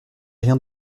rien